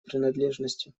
принадлежностью